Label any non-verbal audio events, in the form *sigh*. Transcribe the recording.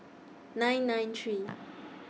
nine nine three *noise*